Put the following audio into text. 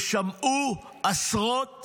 ושמעו עשרות